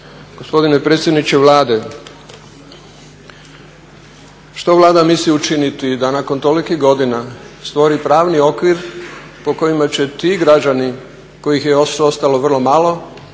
Gospodine predsjedniče Vlada, što Vlada misli učiniti da nakon tolikih godina stvori pravni okvir po kojima će ti građani kojih je još ostalo vrlo malo,